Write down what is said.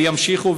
וימשיכו,